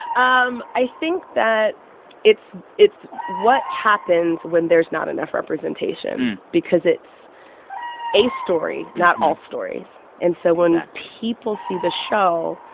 um i think that it's it's what happens when there's not enough representation because it's a story, not all stories. and so when. exactly. people see the show,